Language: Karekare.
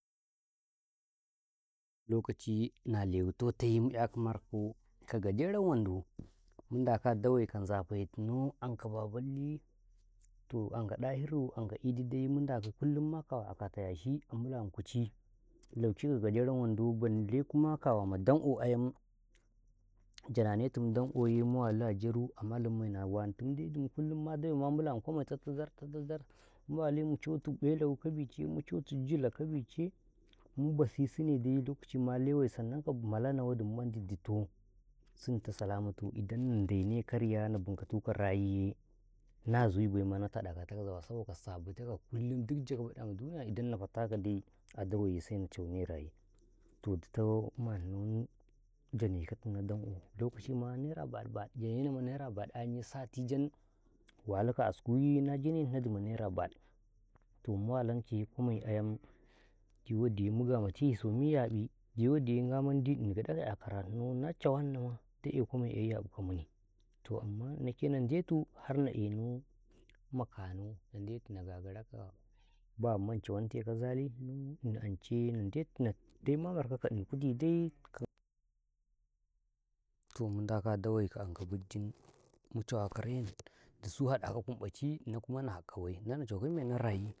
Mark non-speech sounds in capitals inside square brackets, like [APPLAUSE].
﻿lokacin na lewi tohtai mu kyakaw marko ka gajeran wando mu ndako a dawe ka nzafe tinaw ankaw Baballe toh anka Dahiru toh anka idi dai mu ndakaw dana waike ma kawe akatau yashi a nƃila ma kuchi'i lauke ka gajeran wando balle kuwa ma kawama dan'o ayam jananetin dan'oye mu wali a jaru a malam maina wantum dai dim kullum ma dawai tatazar-tatazar mu wali mu cautu ƃelawi ka bice mu cautu jile ka bice mu basisisne dai lokaci ma lewe sannan ka malaunawadi mandi ditoh sintoh salamatu idan na ndeneka riya na bumkwatuka rayiye nazui baima nana taɗa ka zawa saboka sabitadai sena cewne rayi toh ditoh ummanaw jane katinka dan'o lokaci ma naira beɗu-baɗu janene ma naira baɗu ayamye sati jan walikaw a askuye na janeninadi ma naira buɗu toh mu walankaye kuma ayam biwadiye mu gamati somi kyaƃi biwadiye ngwa mandi ini gaɗauka kyakaranau na cawannama dake kuma kyai yaƃi ka muni toh amma inawke na ndetu harna eno memme kanaw na gaggarikaw [NOISE] ba mandi cawan takaw kyakaranau ndetu ma marko ka ini kuti dai [NOISE] tohmu ndakaw a dawe ka amka biggim mu [NOISE] cawakaw rayim dusu hadakaw kumƃachi inaw kuma na hadka bai inau na hakko mennaw rayi.